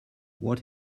what